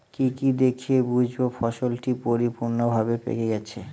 কি কি দেখে বুঝব ফসলটি পরিপূর্ণভাবে পেকে গেছে?